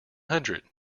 hundred